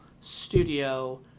studio